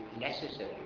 necessary